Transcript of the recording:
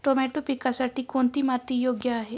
Tomato पिकासाठी कोणती माती योग्य आहे?